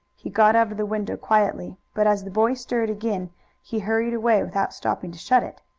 he got out of the window quietly, but as the boy stirred again he hurried away without stopping to shut it.